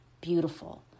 beautiful